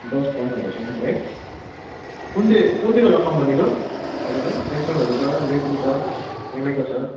दस पन्ध्र हजारसम्मको है कुन चाहिँ कुन चाहिँ वाला कम्पनीको तपाईँलाई स्याम्सङहरू छ रेडमी छ एमआईको छ